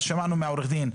שמענו מעורך הדין,